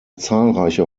zahlreiche